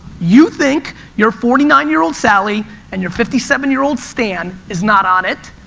you think your forty nine year old sally and your fifty seven year old stan is not on it,